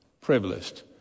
privileged